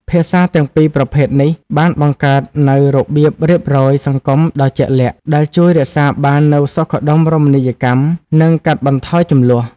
ភាសាទាំងពីរប្រភេទនេះបានបង្កើតនូវរបៀបរៀបរយសង្គមដ៏ជាក់លាក់ ដែលជួយរក្សាបាននូវសុខដុមរមណីយកម្ម និងកាត់បន្ថយជម្លោះ។